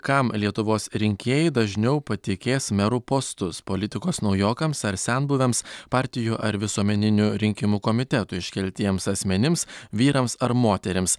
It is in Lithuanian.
kam lietuvos rinkėjai dažniau patikės merų postus politikos naujokams ar senbuviams partijų ar visuomeninių rinkimų komitetų iškeltiems asmenims vyrams ar moterims